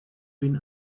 been